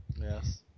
Yes